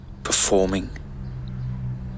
performing